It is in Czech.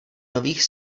nových